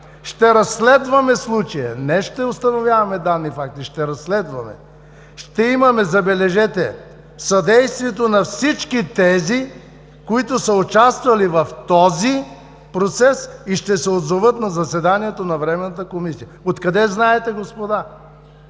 „Ще разследваме случая.“ – не ще установяваме данни, факти – ще разследваме! „Ще имаме – забележете – съдействието на всички тези, които са участвали в този процес, и ще се озоват на заседанието на Временната комисия“. Откъде знаете, господа